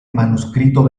manuscrito